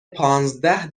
پانزده